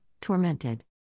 tormented